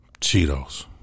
Cheetos